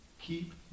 Keep